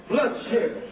Bloodshed